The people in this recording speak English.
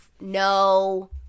no